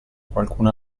qualcun